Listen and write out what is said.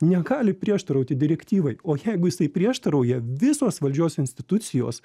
negali prieštarauti direktyvai o jeigu jisai prieštarauja visos valdžios institucijos